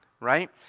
right